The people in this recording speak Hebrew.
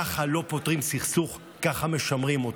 ככה לא פותרים סכסוך, ככה משמרים אותו.